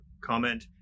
comment